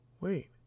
wait